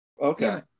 Okay